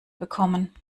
bekommen